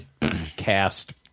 cast